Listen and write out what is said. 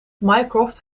mycroft